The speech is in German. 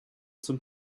zum